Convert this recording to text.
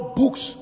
books